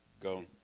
go